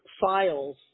files